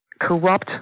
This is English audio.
corrupt